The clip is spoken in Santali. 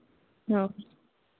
ᱚᱸᱻ